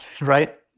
right